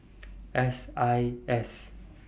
S I S